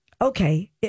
Okay